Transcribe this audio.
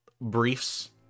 briefs